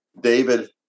David